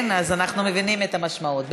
אנחנו מבינים את המשמעות.